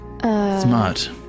Smart